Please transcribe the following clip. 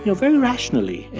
you know very rationally.